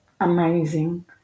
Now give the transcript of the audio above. amazing